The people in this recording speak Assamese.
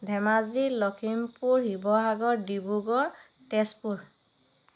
ধেমাজি লখিমপুৰ শিৱসাগৰ ডিব্ৰুগড় তেজপুৰ